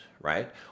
right